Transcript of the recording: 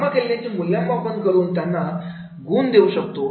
जमा केलेल्यांची मूल्यांकन करून त्यांना घेऊन देऊ शकतो